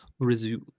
resume